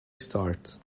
start